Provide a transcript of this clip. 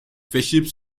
verschiebt